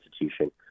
institution